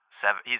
seven